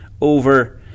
over